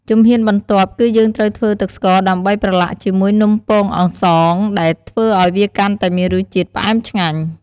ជំហានបន្ទាប់ គឺយើងត្រូវធ្វើទឹកស្ករដើម្បីប្រឡាក់ជាមួយនំពងអន្សង ដែលធ្វើឱ្យវាកាន់តែមានរសជាតិផ្អែមឆ្ងាញ់។